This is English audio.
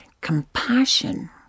compassion